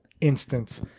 instance